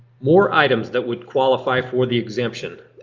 more items that would qualify for the exemption.